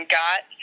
got